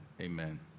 amen